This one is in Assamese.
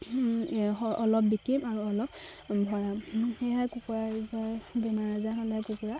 অলপ বিকিম আৰু অলপ ভৰাম সেয়েহে বেমাৰ আজাৰ হ'লে কুকুৰা